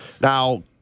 Now